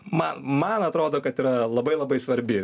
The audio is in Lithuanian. man man atrodo kad yra labai labai svarbi